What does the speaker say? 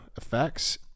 effects